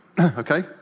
Okay